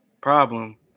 problem